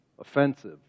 offensive